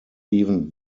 even